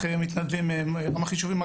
רמ"ח יישובים,